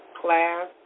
class